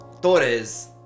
Torres